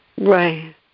Right